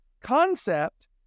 concept